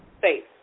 faith